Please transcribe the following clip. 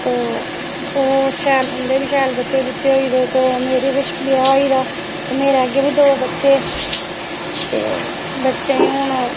तां उं'दे बी शैल बच्चे बुच्चे होई गेदे ते मेरी बी ब्याह होई गेदा ते मेरे अग्गै बी दो बच्चे ते बच्चे गी हून